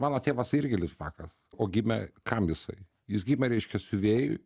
mano tėvas irgi litvakas o gimė kam jisai jis gimė reiškia siuvėjui